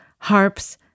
harps